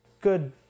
good